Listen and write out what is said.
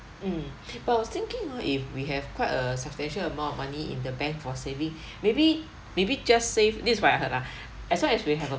mm but I was thinking hor if we have quite a substantial amount of money in the bank for saving maybe maybe just save this is what I heard ah as long as we have a